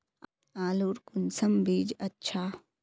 आलूर कुंसम बीज अच्छा?